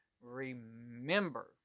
remember